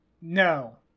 no